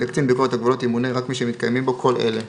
לקצין ביקורת הגבולות ימונה רק מי שמתקיימים בו כל אלה: